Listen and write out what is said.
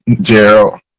Gerald